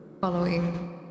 following